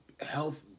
health